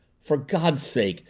for god's sake,